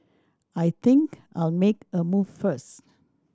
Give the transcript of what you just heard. I think I'll make a move first